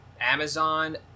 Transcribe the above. Amazon